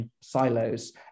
Silos